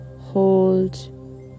Hold